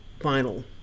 Vinyl